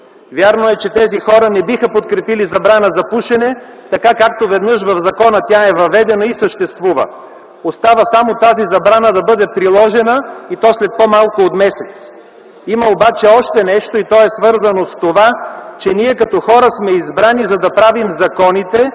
Вярно е, че тези хора не биха подкрепили забрана за пушене, така както веднъж в закона тя е въведена и съществува. Остава само тази забрана да бъде приложена и то след по-малко от месец. Има обаче още нещо. То е свързано с това, че ние като хора сме избрани, за да правим законите